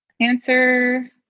Answer